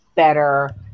Better